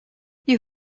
you